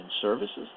services